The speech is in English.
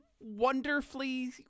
wonderfully